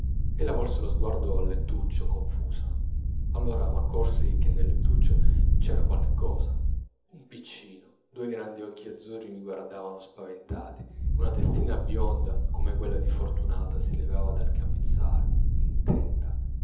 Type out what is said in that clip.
chi ella volse lo sguardo al lettuccio confusa allora m'accorsi che nel lettuccio c'era qualche cosa un piccino due grandi occhi azzurri mi guardavano spaventati una testina bionda come quella di fortunata si levava dal capezzale intenta